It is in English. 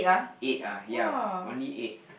eight ah ya only eight